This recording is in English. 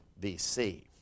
BC